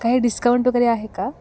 काही डिस्काउंट वगैरे आहे का